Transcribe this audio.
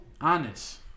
Honest